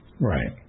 Right